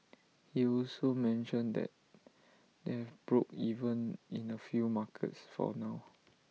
he also mentioned that they've broke even in A few markets for now